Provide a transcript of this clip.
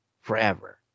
forever